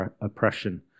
oppression